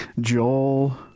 Joel